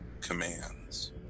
commands